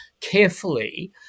carefully